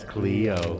Cleo